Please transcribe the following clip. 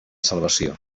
salvació